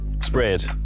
spread